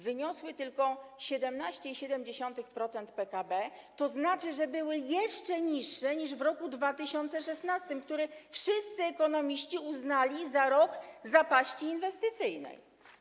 Wyniosły tylko 17,7% PKB, tzn. że były jeszcze niższe niż w roku 2016, który wszyscy ekonomiści uznali za rok zapaści inwestycyjnej.